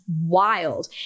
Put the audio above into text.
wild